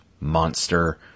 Monster